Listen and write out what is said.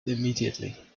immediately